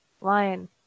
lion